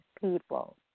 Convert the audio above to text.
people